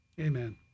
Amen